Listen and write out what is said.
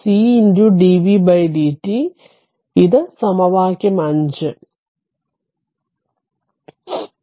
അതിനാൽ ഇത് സമവാക്യം 5